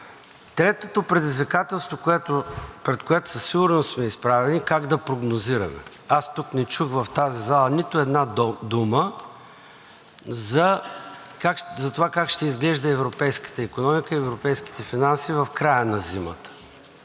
Третото предизвикателство, пред което със сигурност сме изправени, е как да прогнозираме. Тук не чух, в тази зала, нито една дума за това как ще изглежда европейската икономика и европейските финанси в края на зимата.